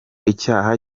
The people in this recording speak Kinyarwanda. icyaha